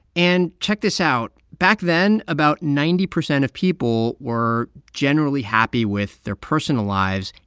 and check this out. back then, about ninety percent of people were generally happy with their personal lives,